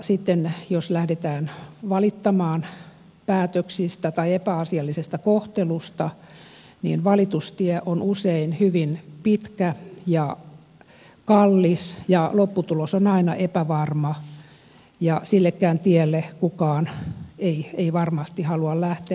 sitten jos lähdetään valittamaan päätöksistä tai epäasiallisesta kohtelusta valitustie on usein hyvin pitkä ja kallis ja lopputulos on aina epävarma ja sillekään tielle kukaan ei varmasti halua lähteä